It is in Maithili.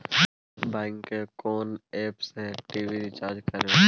बैंक के कोन एप से टी.वी रिचार्ज करबे?